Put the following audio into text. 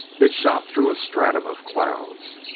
it shot through a stratum of clouds.